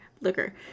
liquor